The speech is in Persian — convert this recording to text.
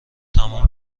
تموم